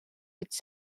its